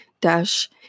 dash